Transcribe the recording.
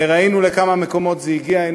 וראינו לכמה מקומות זה הגיע.